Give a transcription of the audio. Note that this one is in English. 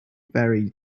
very